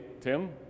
Tim